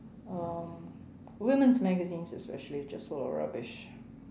um women's magazines especially just full of rubbish